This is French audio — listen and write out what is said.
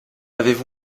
avaient